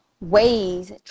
ways